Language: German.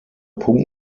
punkt